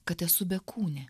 kad esu bekūnė